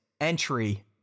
entry